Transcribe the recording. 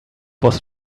was